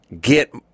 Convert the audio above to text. get